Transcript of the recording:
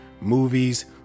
movies